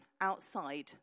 outside